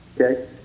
Okay